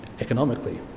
economically